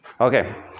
Okay